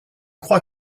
crois